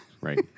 Right